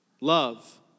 love